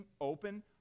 open